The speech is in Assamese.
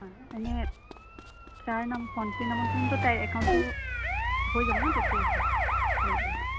হয় এনেই ছাৰ তাইৰ একাউণ্টটো হৈ যাব ন